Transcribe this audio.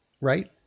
right